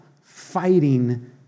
fighting